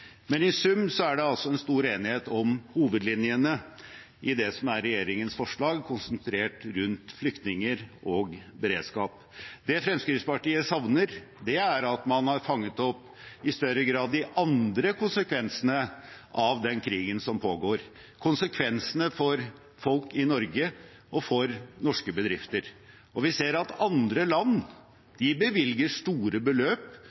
I sum er det stor enighet om hovedlinjene i det som er regjeringens forslag, konsentrert rundt flyktninger og beredskap. Det Fremskrittspartiet savner, er at man i større grad hadde fanget opp de andre konsekvensene av den krigen som pågår – konsekvensene for folk i Norge og for norske bedrifter. Vi ser at andre land bevilger store beløp